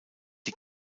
die